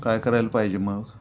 काय करायला पाहिजे मग